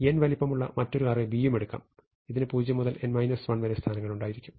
n വലിപ്പമുള്ള മറ്റൊരു array B യും എടുക്കാം ഇതിന് 0 മുതൽ n 1 സ്ഥാനങ്ങൾ ഉണ്ടായിരിക്കും